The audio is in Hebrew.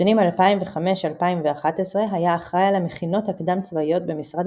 בשנים 2005–2011 היה אחראי על המכינות הקדם-צבאיות במשרד